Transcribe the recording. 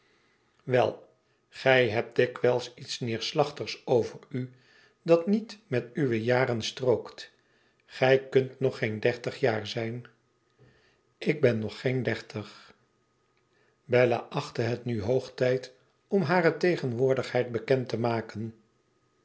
wel gij hebt dikwijls iets neerslachtigs over u dat niet met uwe jaren strookt gij kunt nog geen dertig jaar zijn ik ben nog géén dertig bella achtte het nu hoog tijd om hare tegenwoordigheid bekend te maken